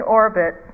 orbit